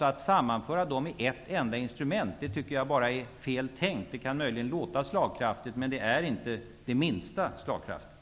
Det är fel tänkt att man skulle kunna sammanföra alla dessa instrument till ett enda system. Det kan möjligen låta slagkraftigt, men det är inte det minsta slagkraftigt.